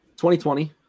2020